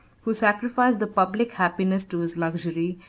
who sacrificed the public happiness to his luxury,